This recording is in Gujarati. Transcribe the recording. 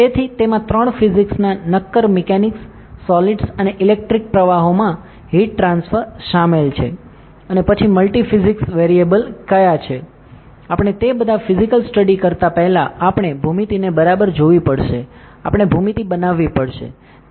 તેથી તેમાં ત્રણ ફિઝિક્સના નક્કર મિકેનિક્સ સોલિડ્સ અને ઇલેક્ટ્રિક પ્રવાહોમાં હીટ ટ્રાન્સફર શામેલ છે અને પછી મલ્ટિ ફિઝિક્સ વેરિયેબલ્સ કયા છે આપણે તે બધા ફિઝિકલ સ્ટડી કરતા પહેલા આપણે ભૂમિતિને બરાબર જોવી પડશે આપણે ભૂમિતિ બનાવવી પડશે